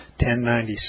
1096